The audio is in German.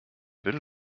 will